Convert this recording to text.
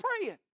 praying